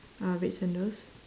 uh red sandals